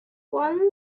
one